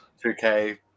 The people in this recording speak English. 2K